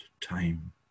time